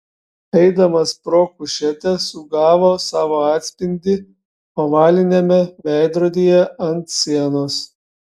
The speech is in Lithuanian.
eidamas pro kušetę sugavo savo atspindį ovaliniame veidrodyje ant sienos